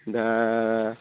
दा